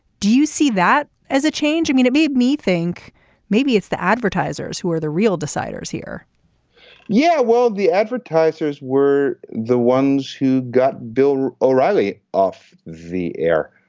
do you see that as a change. i mean it made me think maybe it's the advertisers who are the real deciders here yeah well the advertisers were the ones who got bill o'reilly off the air.